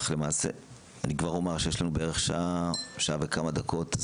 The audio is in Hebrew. אני כבר אומר שיש לנו בערך שעה וכמה דקות,